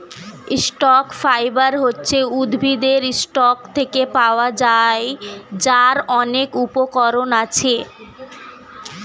stock fibre হচ্ছে উদ্ভিদের stock থেকে পাওয়া যায়, যার অনেক উপকরণ আছে